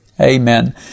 amen